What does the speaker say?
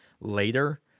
later